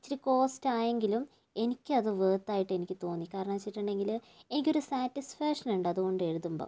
ഇച്ചിരി കോസ്റ്റ് ആയെങ്കിലും എനിക്കത് വര്ത്ത് ആയിട്ട് എനിക്ക് തോന്നി കാരണം വെച്ചിട്ടിണ്ടെങ്കില് എനിക്കൊരു സാറ്റിസ്ഫാക്ഷന് ഉണ്ട് അതുകൊണ്ട് എഴുതുമ്പോൾ